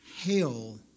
Hail